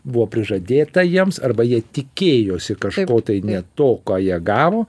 buvo prižadėta jiems arba jie tikėjosi kažko tai ne to ką jie gavo